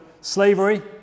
slavery